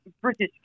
British